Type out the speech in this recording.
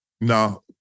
no